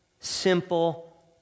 Simple